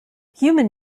human